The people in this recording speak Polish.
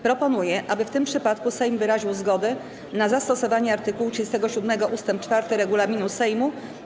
Proponuję, aby w tym przypadku Sejm wyraził zgodę na zastosowanie art. 37 ust. 4 regulaminu Sejmu.